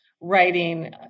writing